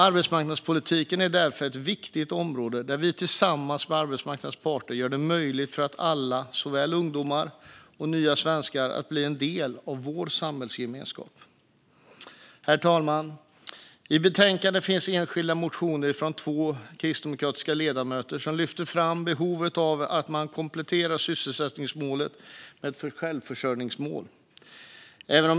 Arbetsmarknadspolitiken är därför ett viktigt område där vi tillsammans med arbetsmarknadens parter gör det möjligt för alla, såväl ungdomar som nya svenskar, att bli en del av vår samhällsgemenskap. Herr talman! I betänkandet finns enskilda motioner från två kristdemokratiska ledamöter som lyfter fram behovet av att komplettera sysselsättningsmålet med ett självförsörjningsmål.